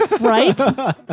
Right